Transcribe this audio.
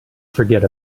forget